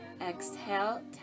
exhale